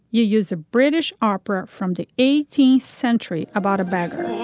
you use a british opera from the eighteenth century about a bank